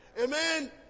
Amen